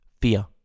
fear